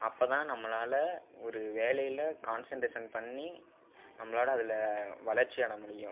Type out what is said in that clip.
அப்போ தான் நம்மளால் ஒரு வேலையில் கான்சன்ட்ரேஷன் பண்ணி நம்மளால் அதில் வளர்ச்சி அடைய முடியும்